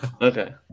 Okay